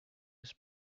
was